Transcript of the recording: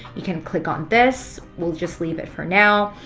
you can click on this. we'll just leave it for now.